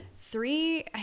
three